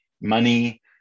money